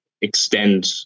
extend